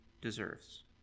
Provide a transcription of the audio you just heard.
deserves